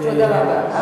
תודה רבה.